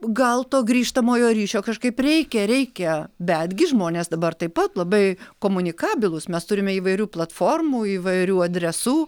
gal to grįžtamojo ryšio kažkaip reikia reikia betgi žmonės dabar taip pat labai komunikabilūs mes turime įvairių platformų įvairių adresų